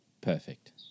perfect